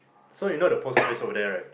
so you know the post office over there right